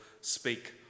speak